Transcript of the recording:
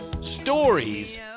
stories